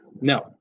no